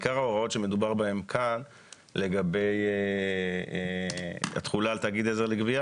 עיקר ההוראות שמדובר בהן כאן לגבי התחולה על תאגיד עזר לגבייה,